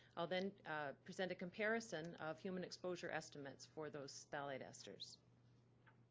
i'll then present a comparison of human exposure estimates for those phthalate esters